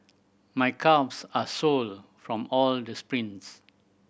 my calves are sore from all the sprints